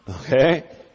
Okay